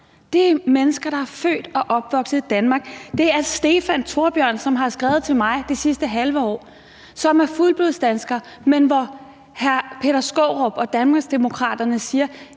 ramt, er mennesker, der er født og opvokset i Danmark. Det er Stefan Thorbjørn, som har skrevet til mig det sidste halve år, og som er fuldblodsdansker, men til ham siger hr. Peter Skaarup og Danmarksdemokraterne,